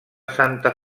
santa